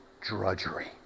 drudgery